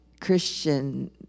Christian